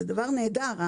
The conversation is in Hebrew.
זה דבר נהדר.